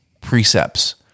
precepts